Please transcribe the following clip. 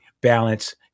balance